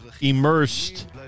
immersed